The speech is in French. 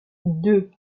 deux